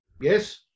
Yes